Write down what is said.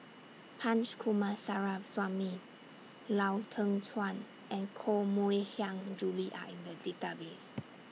Punch Coomaraswamy Lau Teng Chuan and Koh Mui Hiang Julie Are in The Database